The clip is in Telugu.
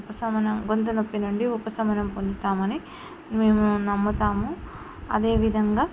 ఉపశమనం గొంతు నొప్పి నుండి ఉపశమనం పొందుతామని మేము నమ్ముతాము అదేవిధంగా